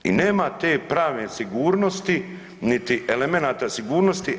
I nema te pravne sigurnosti, niti elemenata sigurnosti.